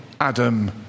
Adam